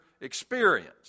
experience